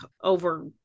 over